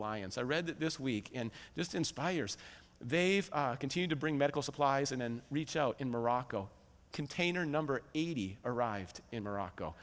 alliance i read that this week and just inspires they've continued to bring medical supplies in and reach out in morocco container number eighty arrived in morocco